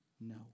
No